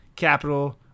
capital